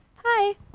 hi,